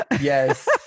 Yes